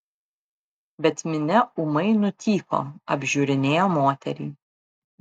bet minia ūmai nutyko apžiūrinėjo moterį